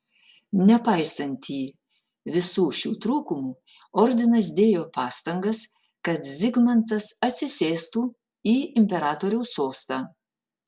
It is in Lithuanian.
nepaisantį visų šių trūkumų ordinas dėjo pastangas kad zigmantas atsisėstų į imperatoriaus sostą